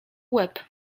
łeb